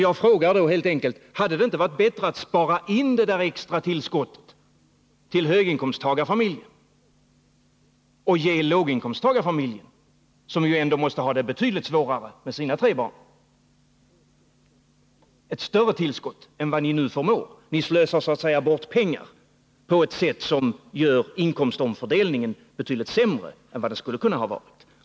Jag frågar helt enkelt: Hade det inte varit bättre att spara in det där extra tillskottet till höginkomsttagarfamiljen och ge låginkomsttagarfamiljen, som ju ändå måste ha det betydligt svårare med sina tre barn, ett större tillskott än vad ni nu förmår ge? Ni slösar så att säga bort pengar på ett sätt som gör inkomstomfördelningen betydligt sämre än vad den skulle kunna ha varit.